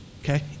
okay